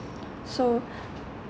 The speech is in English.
so